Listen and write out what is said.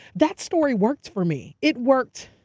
that story worked for me. it worked